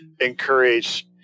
encourage